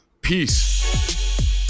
peace